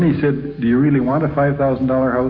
he said, do you really want a five thousand ah um